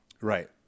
right